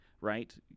Right